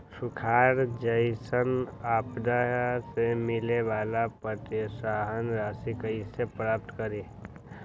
सुखार जैसन आपदा से मिले वाला प्रोत्साहन राशि कईसे प्राप्त करी?